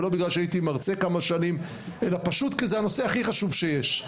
לא בגלל שהייתי מרצה כמה שנים אלא פשוט כי זה הנושא הכי חשוב שיש.